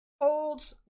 holds